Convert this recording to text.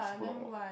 super long walk